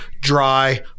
dry